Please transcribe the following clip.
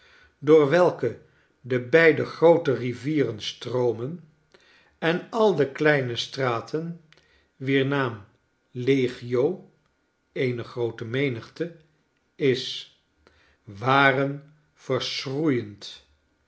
door welke de beide groote rivieren stroomen en al de kleine straten wier naam legio eene groote menigte is waren verschroeiend